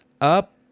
up